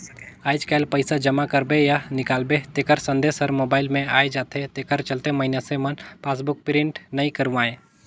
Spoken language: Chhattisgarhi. आयज कायल पइसा जमा करबे या निकालबे तेखर संदेश हर मोबइल मे आये जाथे तेखर चलते मइनसे मन पासबुक प्रिंट नइ करवायें